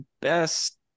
best